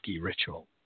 ritual